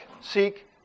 seek